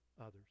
others